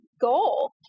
goal